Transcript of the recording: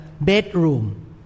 bedroom